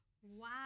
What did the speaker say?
Wow